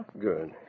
Good